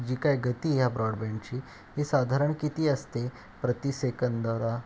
जी काय गती ह्या ब्रॉडबँडची ही साधारण किती असते प्रतिसेकंदला